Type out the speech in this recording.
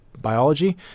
biology